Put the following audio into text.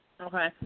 Okay